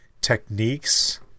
techniques